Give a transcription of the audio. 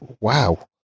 wow